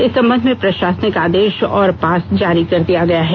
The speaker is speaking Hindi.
इस संबंध में प्रषासनिक आदेष और पास जारी कर दिया गया है